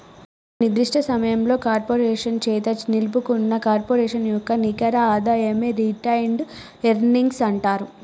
ఒక నిర్దిష్ట సమయంలో కార్పొరేషన్ చేత నిలుపుకున్న కార్పొరేషన్ యొక్క నికర ఆదాయమే రిటైన్డ్ ఎర్నింగ్స్ అంటరు